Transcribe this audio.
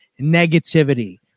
negativity